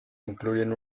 incluyen